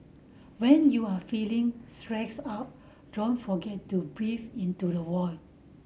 when you are feeling stressed out don't forget to breathe into the void